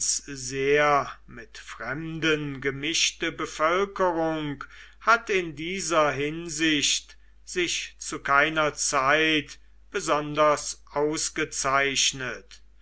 sehr mit fremden gemischte bevölkerung hat in dieser hinsicht sich zu keiner zeit besonders ausgezeichnet